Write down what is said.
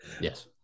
Yes